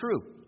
true